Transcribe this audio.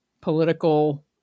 political